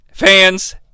fans